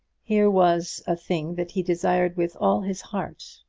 here was a thing that he desired with all his heart,